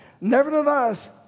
Nevertheless